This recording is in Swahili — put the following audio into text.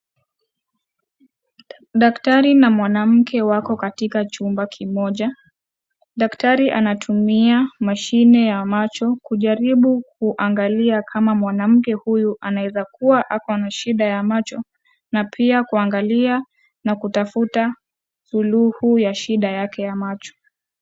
Daktari na mwanamke wako katika chumba kimoja, daktari anatumia mashine ya macho kujaribu kuangalia kama mwanamke huyu anaweza kuwa ako na shida ya macho, na pia kuangalia na kutafuta suluhu ya shida yake ya macho.